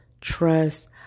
trust